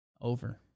Over